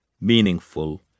meaningful